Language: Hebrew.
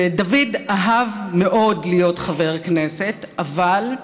דוד אהב מאוד להיות חבר כנסת, אבל,